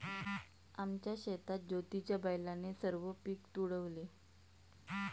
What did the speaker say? आमच्या शेतात ज्योतीच्या बैलाने सर्व पीक तुडवले